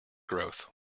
growth